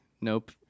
Nope